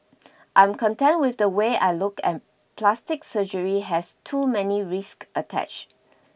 I'm content with the way I look and plastic surgery has too many risks attached